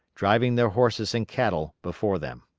driving their horses and cattle before them.